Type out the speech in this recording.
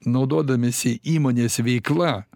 naudodamiesi įmonės veikla